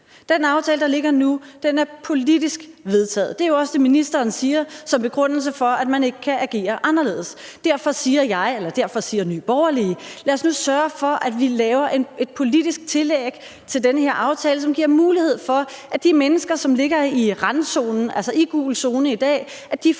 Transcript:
Den aftale, der ligger nu, er politisk vedtaget. Det er jo også det, ministeren siger som begrundelse for, at man ikke kan agere anderledes. Derfor siger Nye Borgerlige: Lad os nu sørge for, at vi laver et politisk tillæg til den her aftale, som giver mulighed for, at de mennesker, som i dag ligger i randzonen, altså i gul zone, får